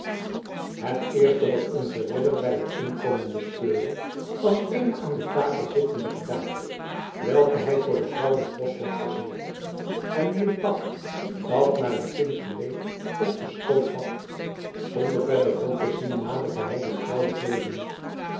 het eerste wat onze ridder bij het inkomen bespeurde was eene aan de tafel zittende gedaante welke hij voor de vrouw des boschwachters hield en die een pak dat naar een kind geleek op den schoot had zonder verder rond te zien naderde hij dit vrouwelijk wezen